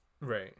Right